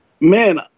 Man